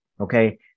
Okay